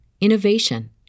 innovation